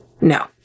no